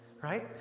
right